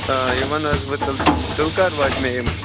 آ یہِ وَن حظ مےٚ تیٚلہِ تیٚلہِ کر واتہِ مےٚ یِم